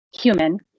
human